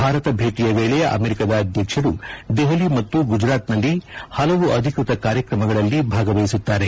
ಭಾರತ ಭೇಟಿಯ ವೇಳೆ ಅಮೆರಿಕದ ಅಧ್ಯಕ್ಷರು ದೆಪಲಿ ಮತ್ತು ಗುಜರಾತ್ನಲ್ಲಿ ಪಲವು ಅಧಿಕೃತ ಕಾರ್ಯತ್ರಮಗಳಲ್ಲಿ ಭಾಗವಹಿಸುತ್ತಾರೆ